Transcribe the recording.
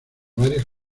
varios